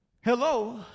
Hello